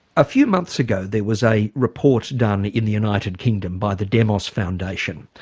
a few months ago there was a report done in the united kingdom by the demos foundation,